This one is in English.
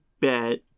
bet